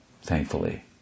thankfully